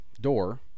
door